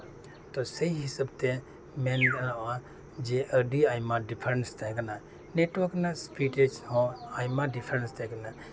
ᱛᱳ ᱥᱮᱭ ᱦᱤᱥᱟᱹᱵ ᱛᱮ ᱞᱟᱹᱭ ᱦᱩᱭᱩᱜᱼᱟ ᱡᱮ ᱟᱹᱰᱤ ᱟᱭᱢᱟ ᱰᱤᱯᱷᱟᱨᱮᱱᱥ ᱛᱟᱦᱮ ᱠᱟᱱᱟ ᱱᱮᱴᱣᱟᱨ ᱨᱮᱭᱟᱜ ᱥᱯᱤᱰ ᱨᱮᱦᱚᱸ ᱟᱭᱢᱟ ᱰᱤᱯᱷᱟᱨᱮᱱᱥ ᱛᱟᱦᱮ ᱠᱟᱱᱟ